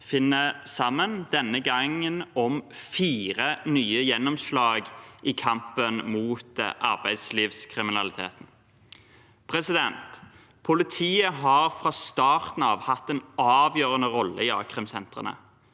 finner sammen, denne gangen om fire nye gjennomslag i kampen mot arbeidslivskriminalitet. Politiet har fra starten av hatt en avgjørende rolle i akrimsentrene,